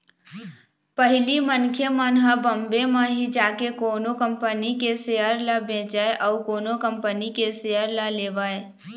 पहिली मनखे मन ह बॉम्बे म ही जाके कोनो कंपनी के सेयर ल बेचय अउ कोनो कंपनी के सेयर ल लेवय